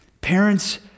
parents